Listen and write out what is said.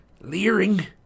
leering